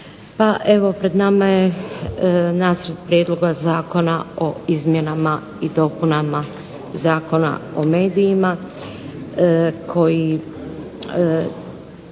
Pa evo pred nama je nacrt Prijedloga Zakona o izmjenama i dopunama Zakona o medijima, koji